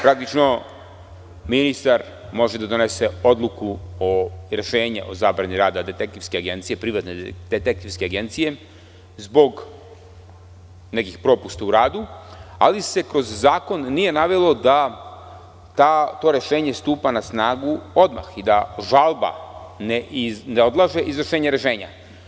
Praktično, ministar može da donese odluku, rešenje o zabrani rada privatne detektivske agencije zbog nekih propusta u radu, ali se kroz zakon nije navelo da to rešenje stupa na snagu odmah i da žalba ne odlaže izvršenje rešenja.